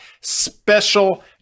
special